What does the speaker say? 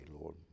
Lord